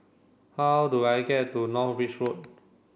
how do I get to North Bridge Road